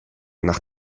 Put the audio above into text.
nach